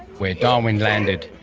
where darwin landed.